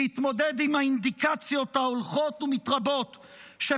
להתמודד עם האינדיקציות ההולכות ומתרבות לכך